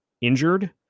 injured